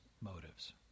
motives